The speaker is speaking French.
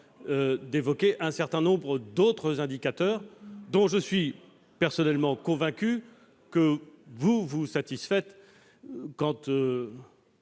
mentionner un certain nombre d'autres indicateurs, dont je suis personnellement convaincu que vous vous satisfaites,